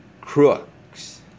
crooks